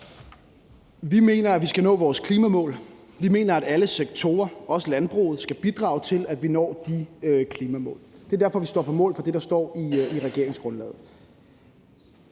Vi mener, at vi skal nå vores klimamål. Vi mener, at alle sektorer, også landbruget, skal bidrage til, at vi når de klimamål. Det er derfor, vi står på mål for det, der står i regeringsgrundlaget.